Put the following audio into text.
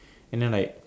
and then like